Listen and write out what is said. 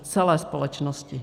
Celé společnosti.